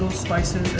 spices,